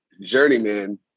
Journeyman